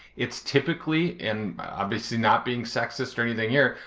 it's typically. and obviously not being sexist or anything here,